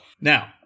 Now